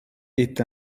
est